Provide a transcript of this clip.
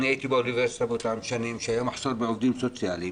הייתי באוניברסיטה והיה מחסור בעובדים סוציאליים